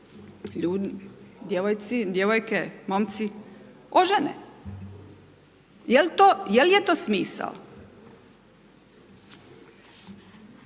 obitelji djevojke, momci ožene. Jel je to smisao?